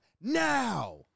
now